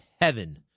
heaven